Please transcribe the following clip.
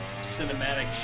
cinematic